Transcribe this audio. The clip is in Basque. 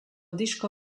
disko